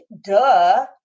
duh